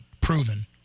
proven